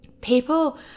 People